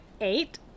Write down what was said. eight